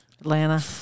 Atlanta